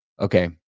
Okay